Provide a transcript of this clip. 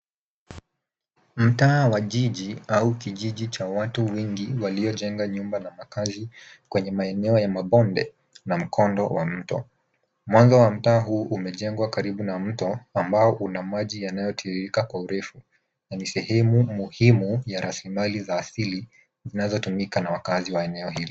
Mtaa wa jiji au kijiji cha watu wengi waliojenga nyumba na makazi kwenye maeneo ya mabonde na mkondo wa mto. Mwanga wa mtaa huu umejengwa karibu na mto ambao una maji yanayotiririka kwa urefu na ni sehemu muhimu ya raslimali za asili zinazotumika na wakaazi wa eneo hili.